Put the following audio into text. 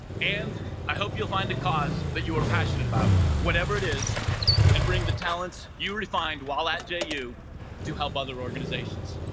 and i hope you'll find a cause that you are passionate about whatever it is and bring the talents you refined while at ju you do help other organizations